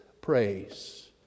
praise